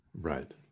Right